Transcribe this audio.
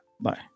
bye